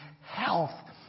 health